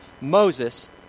Moses